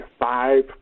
five